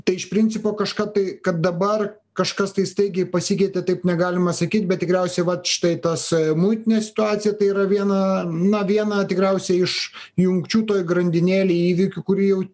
tai iš principo kažką tai kad dabar kažkas tai staigiai pasikeitė taip negalima sakyt bet tikriausiai vat štai tas muitinės situacija tai yra viena na viena tikriausiai iš jungčių toj grandinėlėj įvykių kuri jau